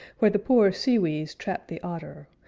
where the poor sewees trapped the otter,